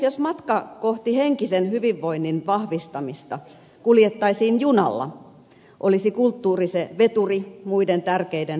jos matka kohti henkisen hyvinvoinnin vahvistamista kuljettaisiin junalla olisi kulttuuri se veturi muiden tärkeiden vaunujen kärjessä